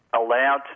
allowed